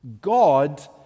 God